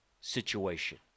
situation